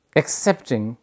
accepting